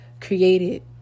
created